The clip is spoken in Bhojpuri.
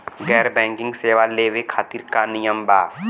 गैर बैंकिंग सेवा लेवे खातिर का नियम बा?